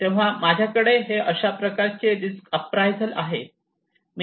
तेव्हा माझ्याकडे हे अशा प्रकारचे रिस्क अँप्रायझल आहे